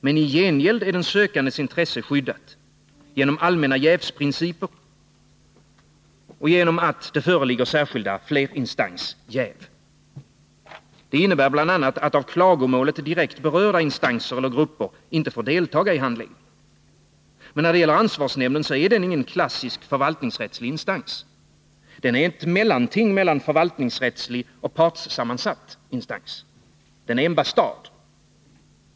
Men i gengäld är den sökandes intresse skyddat genom allmänna jävsprinciper och genom att det föreligger särskilda flerinstansjäv. Det innebär bl.a. att av klagomålet direkt berörda instanser eller grupper inte får deltaga i handläggningen. Men när det gäller ansvarsnämnden, är den ingen klassisk förvaltningsrättslig instans. Den är ett mellanting mellan förvaltningsrättslig och partssammansatt instans. Den är en bastard.